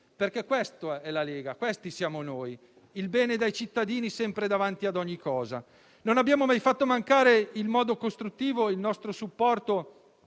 Questa è la Lega, questi siamo noi: il bene dei cittadini sempre davanti ad ogni cosa. Non abbiamo mai fatto mancare il nostro supporto